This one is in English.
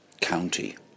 County